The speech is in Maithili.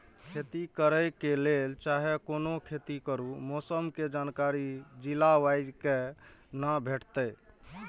खेती करे के लेल चाहै कोनो खेती करू मौसम के जानकारी जिला वाईज के ना भेटेत?